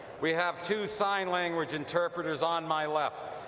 we have two sign language interpreters on my left,